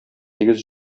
тигез